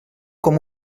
com